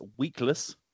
Weakless